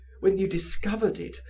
when you discovered it,